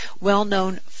well-known